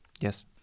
Yes